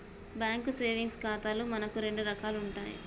bank savings ఖాతాలు మనకు రెండు రకాలు ఉంటాయి